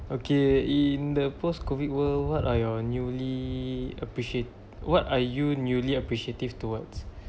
okay in the post-COVID world what are your newly appreciate what are you newly appreciative towards